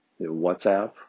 WhatsApp